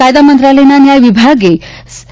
કાયદા મંત્રાલયના ન્યાય વિભાગે રૂા